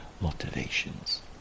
motivations